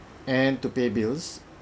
and to pay bills